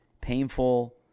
painful